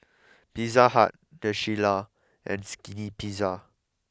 Pizza Hut the Shilla and Skinny Pizza